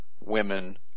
women